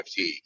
NFT